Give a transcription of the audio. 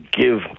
give